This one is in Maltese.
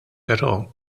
pero